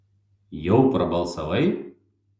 jau prabalsavai